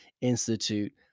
Institute